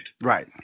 Right